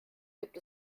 gibt